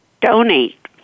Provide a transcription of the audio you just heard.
donate